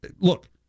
Look